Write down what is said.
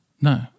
No